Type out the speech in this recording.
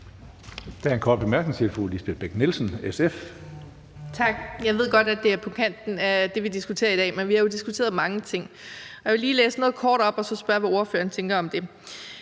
Jeg ved godt, at det er på kanten af det, vi diskuterer i dag, men vi har jo diskuteret mange ting, og jeg vil lige kort læse noget op og så spørge, hvad ordføreren tænker om det.